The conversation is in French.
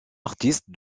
artiste